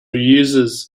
users